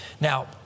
Now